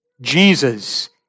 Jesus